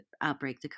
outbreak